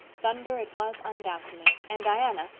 thunder it was undoubtedly, and diana,